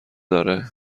آره